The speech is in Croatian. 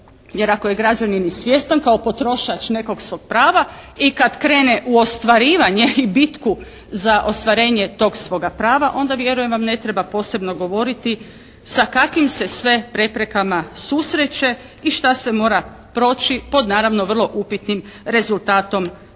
Jer, ako je građanin i svjestan kao potrošač nekog svog prava i kad krene u ostvarivanje i bitku za ostvarenje tog svoga prava onda vjerujem vam ne treba posebno govoriti sa kakvim se sve preprekama susreće i šta sve mora proći pod naravno vrlo upitnim rezultatom